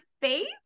face